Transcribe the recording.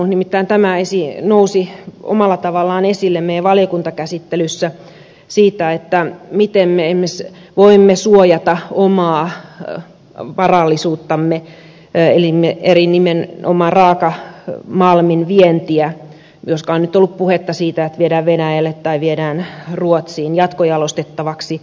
nimittäin tämä nousi omalla tavallaan esille meillä valiokuntakäsittelyssä miten me voimme suojata omaa varallisuuttamme eli nimenomaan raakamalmin vientiä koska on nyt ollut puhetta siitä että viedään venäjälle tai viedään ruotsiin jatkojalostettavaksi